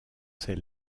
ses